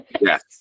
Yes